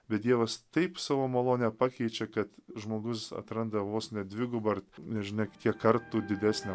bet dievas taip savo malone pakeičia kad žmogus atranda vos ne dvigubą ar nežinia kiek kartų didesnę